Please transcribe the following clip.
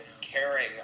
caring